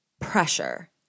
pressure